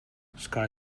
sky